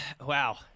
wow